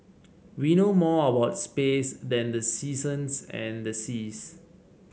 we know more about space than the seasons and the seas